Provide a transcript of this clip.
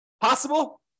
Possible